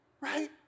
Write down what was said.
right